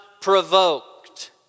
provoked